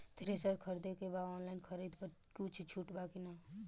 Thresher खरीदे के बा ऑनलाइन खरीद पर कुछ छूट बा कि न?